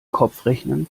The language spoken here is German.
kopfrechnen